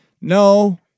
no